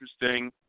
interesting